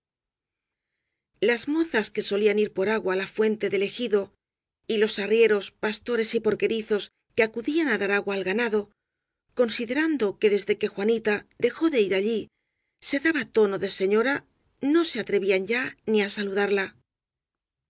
las mozas que solían ir por agua á la fuente del ejido y los arrieros pastores y porquerizos que acudían á dar agua al ganado considerando que desde que juanita dejó de ir allí se daba tono de señora no se atrevían ya ni á saludarla